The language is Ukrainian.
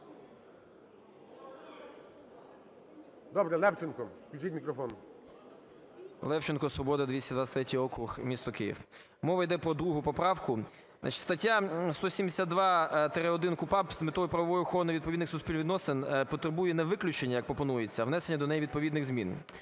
Добре, Левченко, включіть мікрофон. 10:45:27 ЛЕВЧЕНКО Ю.В. Левченко, "Свобода", 223 округ, місто Київ. Мова йде про другу поправку. Стаття 172-1КУпАП з метою правової охорони відповідних суспільних відносин потребує не виключення, як пропонується, а внесення до неї відповідних змін,